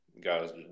Guys